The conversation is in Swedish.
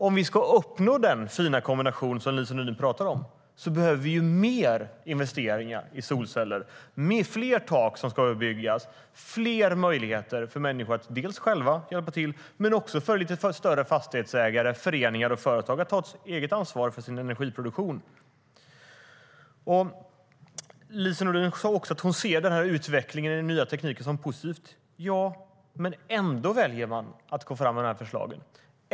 Om vi ska uppnå den fina kombination som Lise Nordin pratar om behöver vi mer investeringar i solceller, fler tak som överbyggs och fler möjligheter för människor att hjälpa till själva och för lite större fastighetsägare, föreningar och företag att ta eget ansvar för sin energiproduktion. Lise Nordin sa också att hon ser utvecklingen med den nya tekniken som positiv. Men ändå väljer man att gå fram med de här förslagen.